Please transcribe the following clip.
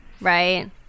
Right